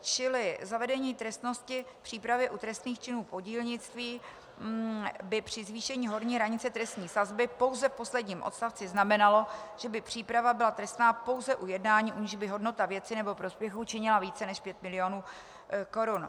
Čili zavedení trestnosti přípravy u trestných činů podílnictví by při zvýšení horní hranice trestní sazby pouze v posledním odstavci znamenalo, že by příprava byla trestná pouze u jednání, u nichž by hodnota věci nebo prospěchu činila více než pět milionů korun.